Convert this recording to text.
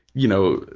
you know,